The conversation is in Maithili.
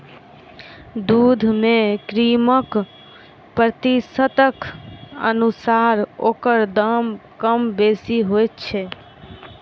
दूध मे क्रीमक प्रतिशतक अनुसार ओकर दाम कम बेसी होइत छै